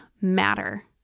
matter